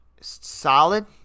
solid